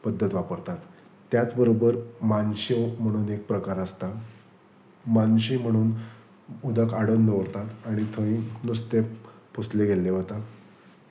पद्दत वापरतात त्याच बरोबर मानश्यो म्हणून एक प्रकार आसता मानशी म्हणून उदक आडून दवरतात आनी थंय नुस्तें पोसलें गेल्ले वता